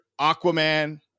Aquaman